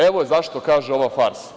Evo, zašto je kaže, ovo farsa.